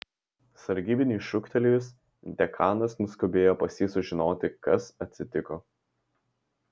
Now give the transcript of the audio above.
sargybiniui šūktelėjus dekanas nuskubėjo pas jį sužinoti kas atsitiko